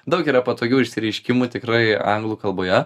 daug yra patogių išsireiškimų tikrai anglų kalboje